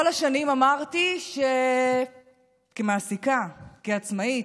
כל השנים אמרתי, כמעסיקה, כעצמאית,